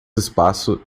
espaço